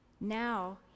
Now